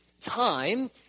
time